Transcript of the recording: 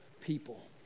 people